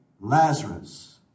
Lazarus